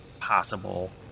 possible